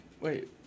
wait